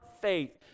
faith